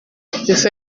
fais